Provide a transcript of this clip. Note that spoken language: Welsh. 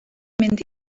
mynd